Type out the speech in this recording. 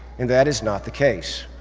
and that is not the case.